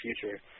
future